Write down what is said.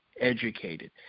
educated